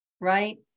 right